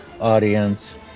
audience